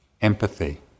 empathy